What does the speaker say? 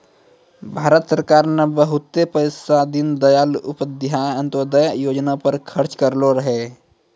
भारत सरकार ने बहुते पैसा दीनदयाल उपाध्याय अंत्योदय योजना पर खर्च करलो रहै